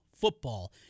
football